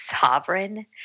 sovereign